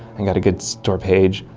and got a good store page,